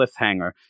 cliffhanger